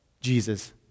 Jesus